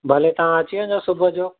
भले तव्हां अची वञो सुबुह जो